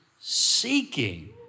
seeking